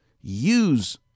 use